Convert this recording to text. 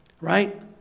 right